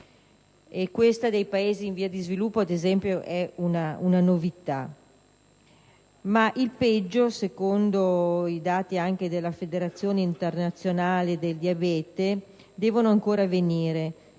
e questa dei Paesi in via di sviluppo, ad esempio, è una novità; ma il peggio, anche secondo i dati della Federazione internazionale del diabete, deve ancora venire.